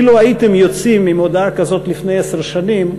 אילו הייתם יוצאים עם הודעה כזאת לפני עשר שנים,